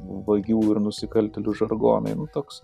vagių ir nusikaltėlių žargonai nu toks